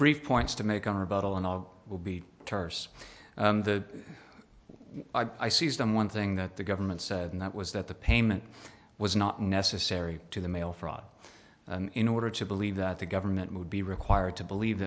brief points to make on rebuttal and all will be terse the i sees them one thing that the government said and that was that the payment was not necessary to the mail fraud in order to believe that the government would be required to believe